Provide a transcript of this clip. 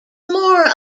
more